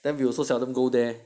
then we also seldom go there